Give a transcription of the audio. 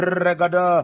regada